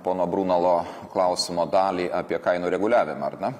pono brunalo klausimo dalį apie kainų reguliavimą ar ne